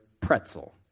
pretzel